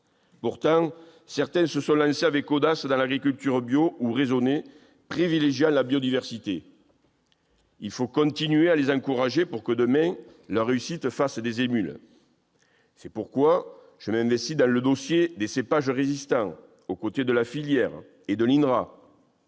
Pourtant, certains se sont lancés avec audace dans l'agriculture bio ou raisonnée, privilégiant la biodiversité. Il faut continuer à les encourager pour que, demain, leur réussite fasse des émules. C'est pourquoi je m'investis dans le dossier des cépages résistants, aux côtés de la filière et de l'INRA.